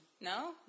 no